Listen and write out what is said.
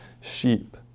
sheep